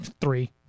three